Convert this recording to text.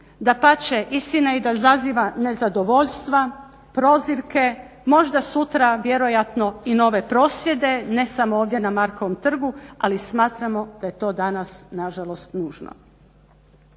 dapače istina da i izaziva nezadovoljstva, prozivke, možda sutra vjerojatno i nove prosvjede ne samo ovdje na Markovom trgu, smatramo da je to danas nažalost nužno.